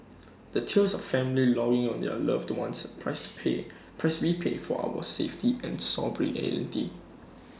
the tears of family longing of their loved ones price pay price we pay for our safety and sovereignty